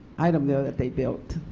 item there that they've built.